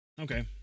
Okay